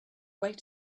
weight